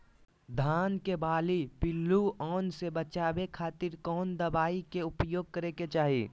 धान के बाली पिल्लूआन से बचावे खातिर कौन दवाई के उपयोग करे के चाही?